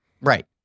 Right